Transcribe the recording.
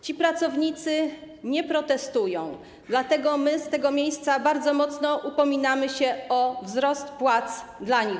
Ci pracownicy nie protestują, dlatego my z tego miejsca bardzo mocno upominamy się o wzrost płac właśnie dla nich.